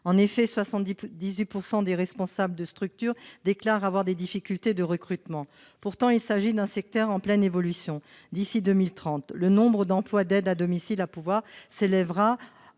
En effet, 78 % des responsables de structures déclarent rencontrer des difficultés de recrutement. Pourtant, il s'agit d'un secteur en pleine évolution. D'ici à 2030, le nombre d'emplois d'aide à domicile à pourvoir s'élèvera